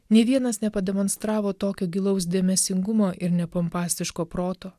nė vienas nepademonstravo tokio gilaus dėmesingumo ir nepompastiško proto